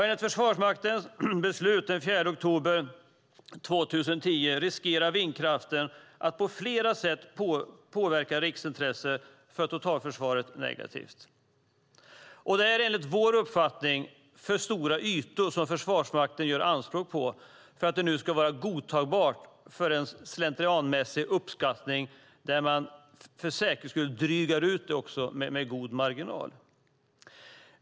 Enligt Försvarsmaktens beslut den 4 oktober 2010 riskerar vindkraften att på flera sätt påverka riksintresset för totalförsvaret negativt. Det är enligt vår uppfattning för stora ytor som Försvarsmakten gör anspråk på för att det nu ska vara godtagbart med en slentrianmässig uppskattning där man för säkerhets skull också drygar ut det med god marginal.